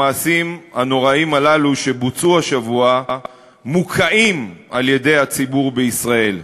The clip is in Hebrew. המעשים הנוראיים הללו שבוצעו השבוע מוקעים על-ידי הציבור בישראל.